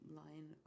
line